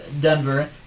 Denver